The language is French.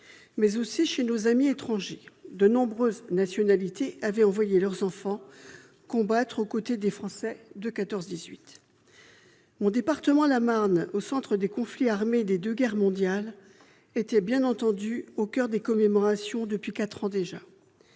pays que chez nos amis étrangers ; de nombreux pays avaient envoyé leurs enfants combattre aux côtés des Français lors de la guerre de 14-18. Mon département, la Marne, situé au centre des conflits armés des deux guerres mondiales, était, bien entendu, au coeur des commémorations depuis quatre ans déjà.